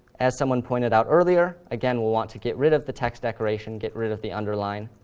as someone pointed out earlier, again we want to get rid of the text decoration, get rid of the underline,